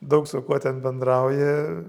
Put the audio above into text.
daug su kuo ten bendrauji